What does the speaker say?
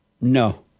No